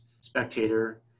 spectator